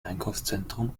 einkaufszentrum